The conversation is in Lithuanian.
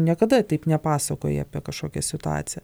niekada taip nepasakoji apie kažkokią situaciją